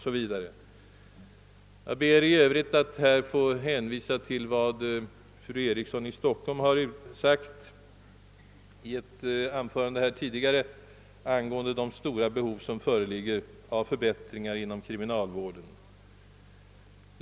I övrigt ber jag att få hänvisa till vad fru Eriksson i Stockholm sade i sitt anförande tidigare i dag angående de stora behov som föreligger inom kriminalvården.